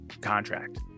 contract